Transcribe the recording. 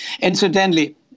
Incidentally